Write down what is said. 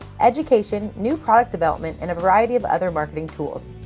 education, new product development, and a variety of other marketing tools.